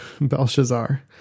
Belshazzar